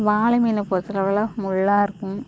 வாளை மீன் பொறுத்தளவில் முள்ளாக இருக்கும்